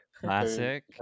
Classic